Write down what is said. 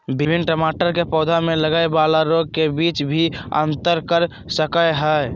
विभिन्न टमाटर के पौधा में लगय वाला रोग के बीच भी अंतर कर सकय हइ